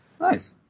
Nice